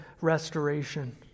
restoration